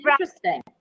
interesting